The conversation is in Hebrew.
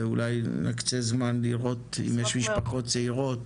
ואולי נקצה זמן לראות אם יש משפחות צעירות